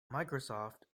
microsoft